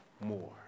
more